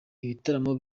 ibitaramo